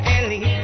Ellie